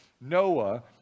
Noah